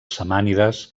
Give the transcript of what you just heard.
samànides